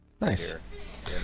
Nice